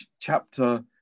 Chapter